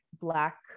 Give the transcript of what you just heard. black